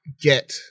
get